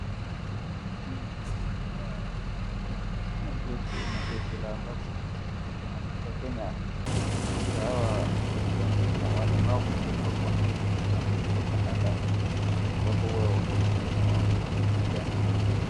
Kuna timu ambapo wamevaa majezi ambapo la ambapo imeandikwa majezi ya Kenya. Sasa hawa wakiwa ni walemavu wapo wanacheza mpira wa mguu wakandanda na wapo hua wako na machuma na wako kwa kiwanjani wakicheza.